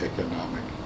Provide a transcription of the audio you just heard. economic